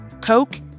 Coke